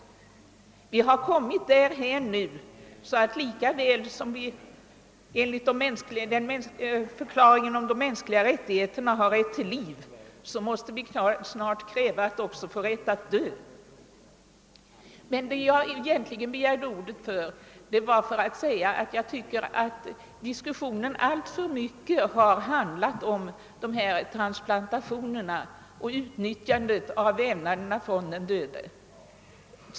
Vi har kommit därhän, att lika väl som vi enligt förklaringen om de mänskliga rättigheterna har rätt till liv, så måste vi också snart kräva rätt att få dö. Jag begärde ordet närmast för att säga att jag tycker att diskussionen alltför mycket har handlat om transplantationerna och utnyttjandet av vävnaderna från den döde.